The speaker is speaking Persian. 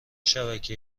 شبکه